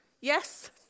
Yes